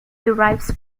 derives